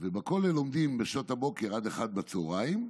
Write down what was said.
ובכולל לומדים משעות הבוקר עד 13:00,